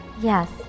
Yes